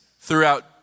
throughout